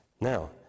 Now